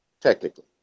technically